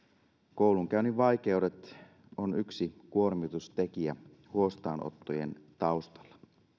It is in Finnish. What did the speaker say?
koulunkäynnin vaikeudet on yksi kuormitustekijä huostaanottojen taustalla